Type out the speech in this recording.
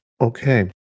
Okay